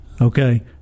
okay